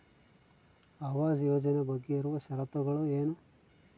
ಆವಾಸ್ ಯೋಜನೆ ಬಗ್ಗೆ ಇರುವ ಶರತ್ತುಗಳು ಏನು?